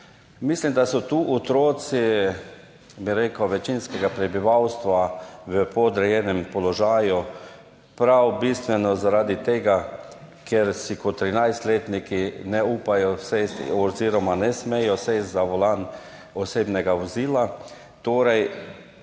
Mislim, da so tu otroci, bi rekel, večinskega prebivalstva v podrejenem položaju, bistveno prav zaradi tega, ker si kot 13-letniki ne upajo oziroma ne smejo sesti za volan osebnega vozila.